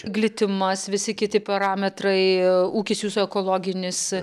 glitimas visi kiti parametrai ūkis jūsų ekologinis